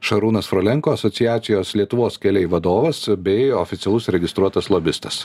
šarūnas frolenko asociacijos lietuvos keliai vadovas bei oficialus registruotas lobistas